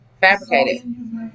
Fabricated